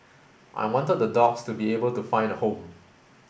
I wanted the dogs to be able to find a home